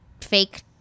fake